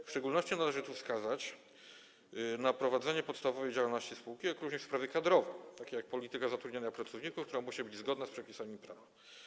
W szczególności należy tu wskazać na prowadzenie podstawowej działalności spółki, jak również sprawy kadrowe, takie jak polityka zatrudniania pracowników, która musi być zgodna z przepisami prawa.